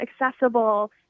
accessible